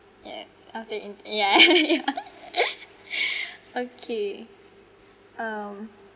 eh yes after intern yeah yeah okay um